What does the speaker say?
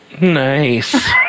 Nice